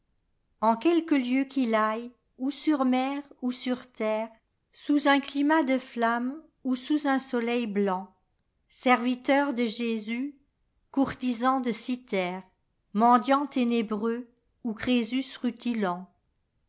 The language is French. en quelque lieu qu'il aille ou sur mer ou sur terre sous un climat de flamme ou sous un soleil blanc serviteur de jésus courtisan de cythère mendiant ténébreux ou crésus